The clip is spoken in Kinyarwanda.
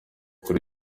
kuri